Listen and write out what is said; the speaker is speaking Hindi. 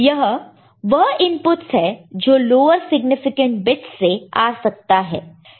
यह वह इनपुटस है जो लोअर सिग्निफिकेंट बिट्स से आ सकता है